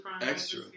extra